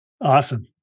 Awesome